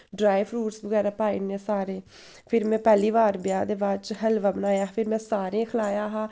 dry fruits बगैरा पाई ओड़ने सारे फिर में पैह्ली बार ब्याह् दे बाद च हलवा बनाया फिर में सारें गी खलाया हा